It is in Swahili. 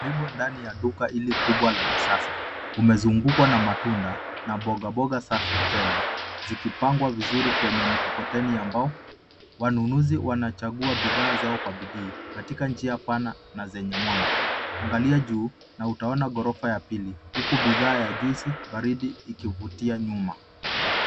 Karibu ndani ya duka hili kubwa la kisasa, umezungukwa na matunda na mbogamboga safi tele zikipangwa vizuri kwenye mikoteni ya mbao. Wanunuzi wanachagua bidhaa zao kwa bidii katika njia pana na zenye mwanga. Angalia juu na utaona ghorofa ya pili huku bidhaa ya jusi baridi ikivutia nyuma.